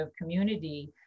community